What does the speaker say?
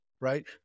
right